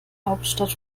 hauptstadt